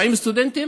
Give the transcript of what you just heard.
40 סטודנטים,